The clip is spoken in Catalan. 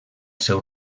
seu